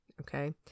Okay